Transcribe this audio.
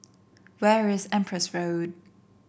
where is Empress Road